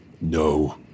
No